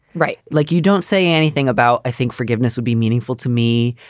right. like you don't say anything about. i think forgiveness will be meaningful to me.